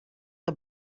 the